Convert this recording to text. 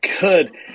good